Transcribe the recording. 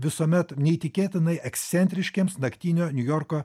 visuomet neįtikėtinai ekscentriškiems naktinio niujorko